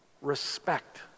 respect